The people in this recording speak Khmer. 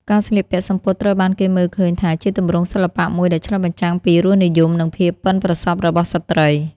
ការស្លៀកពាក់សំពត់ត្រូវបានគេមើលឃើញថាជាទម្រង់សិល្បៈមួយដែលឆ្លុះបញ្ចាំងពីរសនិយម និងភាពប៉ិនប្រសប់របស់ស្ត្រី។